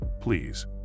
please